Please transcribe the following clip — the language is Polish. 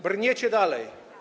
Brniecie dalej.